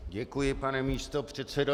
Děkuji, pane místopředsedo.